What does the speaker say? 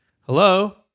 Hello